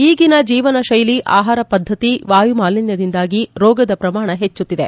ಈಗಿನ ಜೀವನ ಶೈಲಿ ಆಹಾರ ಪದ್ದತಿ ವಾಯುಮಾಲಿನ್ನದಿಂದಾಗಿ ರೋಗದ ಪ್ರಮಾಣ ಹೆಚ್ಚುತ್ತಿದೆ